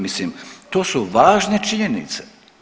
Mislim to su važne činjenice.